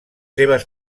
seves